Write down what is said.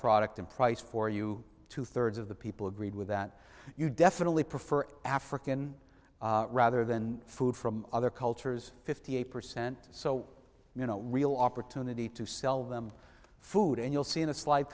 product and price for you two thirds of the people agreed with that you definitely prefer african rather than food from other cultures fifty eight percent so you know real opportunity to sell them food and you'll see in a slide